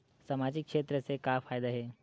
सामजिक क्षेत्र से का फ़ायदा हे?